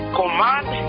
command